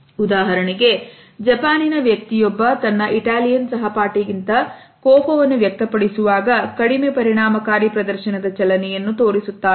ಉದಾಹರಣೆಗೆ ಜಪಾನಿನ ವ್ಯಕ್ತಿಯೊಬ್ಬ ತನ್ನ ಇಟಾಲಿಯನ್ ಸಹಪಾಠಿ ಗಿಂತ ಕೋಪವನ್ನು ವ್ಯಕ್ತಪಡಿಸುವಾಗ ಕಡಿಮೆ ಪರಿಣಾಮಕಾರಿ ಪ್ರದರ್ಶನದ ಚಲನೆಯನ್ನು ತೋರಿಸುತ್ತಾನೆ